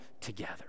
together